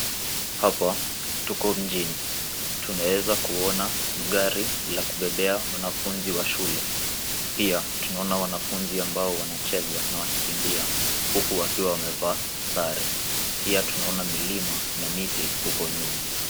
Hapa tuko mjini, tunaweza kuona gari la kubebea wanafunzi wa shule, pia tunaona wanafunzi ambao wanacheza na wakikimbia huku wakiwa wamevaa sare. Pia tunaona milima ma miti huko nyuma.